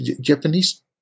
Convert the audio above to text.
Japanese